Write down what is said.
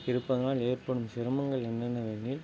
இருப்பதனால் ஏற்படும் சிரமங்கள் என்னென்னவெனில்